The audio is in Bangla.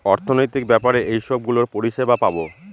অর্থনৈতিক ব্যাপারে এইসব গুলোর পরিষেবা পাবো